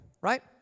right